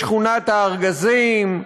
בשכונת-הארגזים,